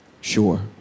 Sure